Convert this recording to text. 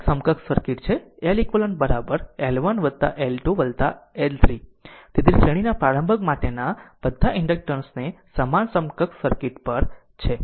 તો આ એક સમકક્ષ સર્કિટ છે અને આ L eq L eq L 1 plus L 2 plus L 3 છે અને તેથી શ્રેણીના પ્રારંભક માટેના બધા ઇન્ડક્ટર્સ ને સમાન સમકક્ષ સર્કિટ પર છે